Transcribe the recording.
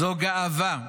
זו גאווה.